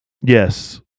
Yes